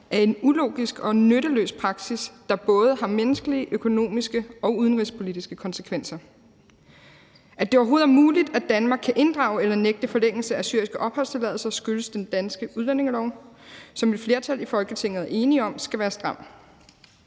er en ulogisk og nytteløs praksis, der både har menneskelige, økonomiske og udenrigspolitiske konsekvenser. At det overhovedet er muligt, at Danmark kan inddrage eller nægte forlængelse af syriske opholdstilladelser, skyldes den danske udlændingelov, som et flertal i Folketinget er enige om skal være stram.